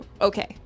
okay